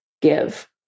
give